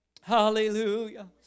Hallelujah